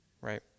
right